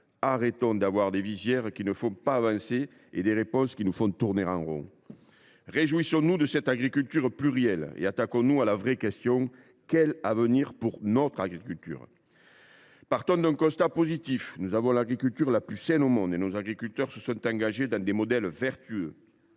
nous de ces visières qui nous empêchent d’avancer et abandonnons ces réponses qui nous font tourner en rond ! Réjouissons nous de cette agriculture plurielle et attaquons nous à la vraie question : quel avenir pour notre agriculture ? Partons d’un constat positif : nous avons l’agriculture la plus saine du monde et nos agriculteurs se sont engagés dans des modèles vertueux,